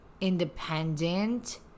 independent